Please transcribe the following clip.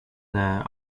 there